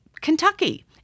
Kentucky